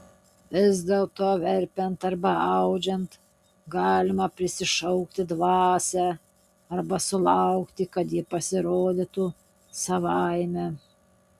vis dėlto verpiant arba audžiant galima prisišaukti dvasią arba sulaukti kad ji pasirodytų savaime